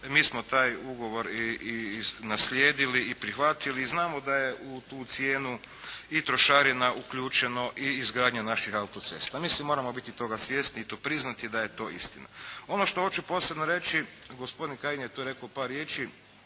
Mi smo taj ugovor i naslijedili i prihvatili i znamo da je u cijenu i trošarina i uključeno i izgradnja naših autocesta. Mislim moramo biti toga svjesni i to priznati da je to istina. Ono što hoću posebno reći gospodin Kajin je tu rekao par riječi,